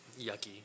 Yucky